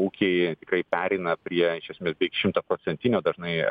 ūkiai tikrai pereina prie iš esmės šimtaprocentinio dažnai